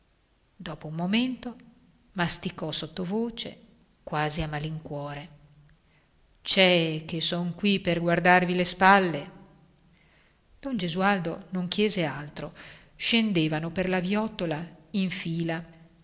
dopo un momento masticò sottovoce quasi a malincuore c'è che son qui per guardarvi le spalle don gesualdo non chiese altro scendevano per la viottola in fila